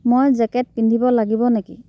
মই জেকেট পিন্ধিব লাগিব নেকি